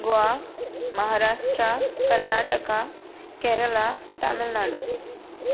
Goa Maharashtra Karnataka Kerala Tamil Nadu